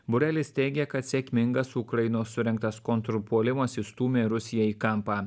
būrelis teigia kad sėkmingas ukrainos surengtas kontrpuolimas įstūmė rusiją į kampą